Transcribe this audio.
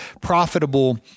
profitable